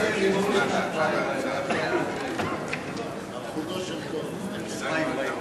הצעת הסיכום שהביא חבר הכנסת דב חנין לא נתקבלה.